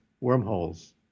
Wormholes